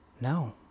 No